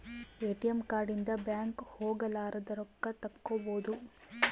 ATM card ಇಂದ bank ಹೋಗಲಾರದ ರೊಕ್ಕ ತಕ್ಕ್ಕೊಬೊದು